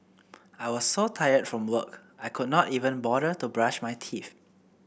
I was so tired from work I could not even bother to brush my teeth